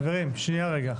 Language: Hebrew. חברים, שנייה רגע.